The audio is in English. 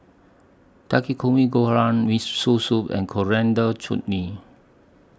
Takikomi Gohan Miso Soup and Coriander Chutney